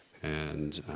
and,